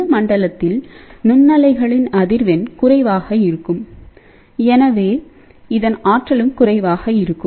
இந்த மண்டலத்தில் நுண்ணலைகளின் அதிர்வெண் குறைவாக இருக்கும் எனவே இதன் ஆற்றலும் குறைவாக இருக்கும்